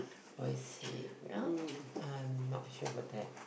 oh is it ya I'm not sure about that